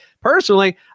Personally